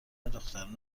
دختران